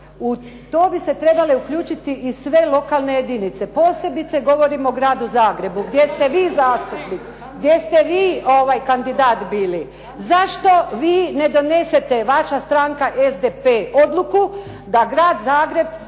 u to bi se trebale uključiti i sve lokalne jedinice, posebice govorim o gradu Zagrebu gdje ste vi zastupnik, gdje ste vi kandidat bili. Zašto vi ne donesete, vaša stranka SDP odluku da Grad Zagreb